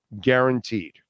Guaranteed